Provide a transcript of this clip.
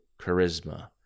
charisma